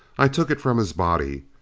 i took it from his body.